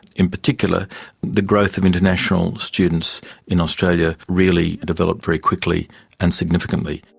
in particular the growth of international students in australia really developed very quickly and significantly.